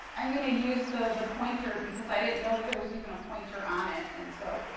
i'm going to use the pointer because i didn't know there was even a pointer on it. and so,